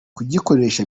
kugikoresha